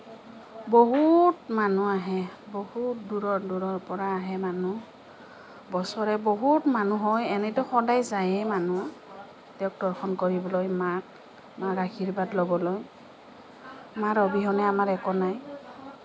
বহুত মানুহ আহে বহুত দূৰৰ দূৰৰ পৰা আহে মানুহ বছৰে বহুত মানুহ হয় এনেইটো সদায় যায়েই মানুহ তেওঁক দৰ্শন কৰিবলৈ মাক মাৰ আশীৰ্বাদ ল'বলৈ মাৰ অবিহনে আমাৰ একো নাই